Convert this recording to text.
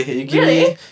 really